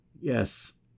Yes